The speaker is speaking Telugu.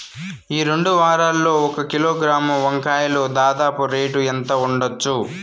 ఈ రెండు వారాల్లో ఒక కిలోగ్రాము వంకాయలు దాదాపు రేటు ఎంత ఉండచ్చు?